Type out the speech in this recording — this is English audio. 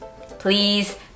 Please